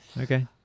Okay